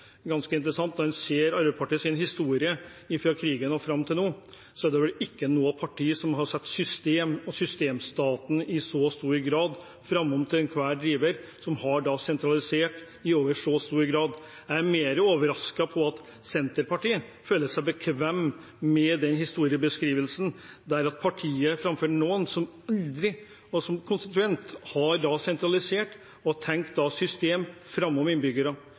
ganske interessant. Når man ser Arbeiderpartiets historie fra krigen og fram til nå, er det ikke noe parti som i så stor grad har satt system og systemstaten foran, som har sentralisert i så stor grad. Jeg er mer overrasket over at Senterpartiet føler seg bekvem med historiebeskrivelsen fra partiet som framfor noen, og som konsekvent, har sentralisert og tenkt system